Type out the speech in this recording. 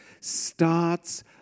starts